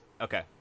Okay